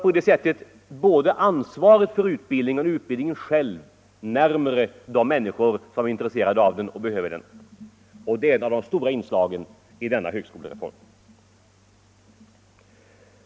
På det sättet för vi både ansvaret för utbildningen och utbildningen själv närmare de människor som är intresserade av den och behöver den. Det är ett av de väsentliga inslagen i denna högskolereform.